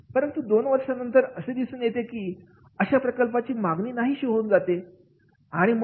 परंतु दोन वर्षानंतर असे दिसून येते की अशा प्रकल्पाची मागणी नाहीशी होऊन जाते